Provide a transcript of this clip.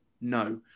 No